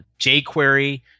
jQuery